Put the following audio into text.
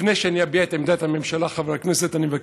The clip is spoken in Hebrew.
לפני שאני אביע את עמדת הממשלה, חברי הכנסת,